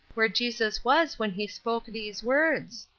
where jesus was when he spoke these words.